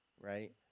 right